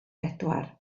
bedwar